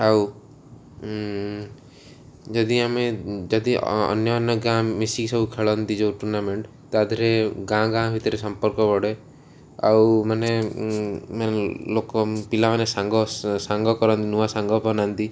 ଆଉ ଯଦି ଆମେ ଯଦି ଅନ୍ୟ ଅନ୍ୟ ଗାଁ ମିଶିକି ସବୁ ଖେଳନ୍ତି ଯୋଉ ଟୁର୍ଣ୍ଣାମେଣ୍ଟ୍ ତା ଦେହରେ ଗାଁ ଗାଁ ଭିତରେ ସମ୍ପର୍କ ବଢ଼େ ଆଉ ମାନେ ମାନେ ଲୋକ ପିଲାମାନେ ସାଙ୍ଗ ସାଙ୍ଗ କରନ୍ତି ନୂଆ ସାଙ୍ଗ ବନାନ୍ତି